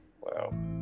Wow